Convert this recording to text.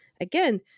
again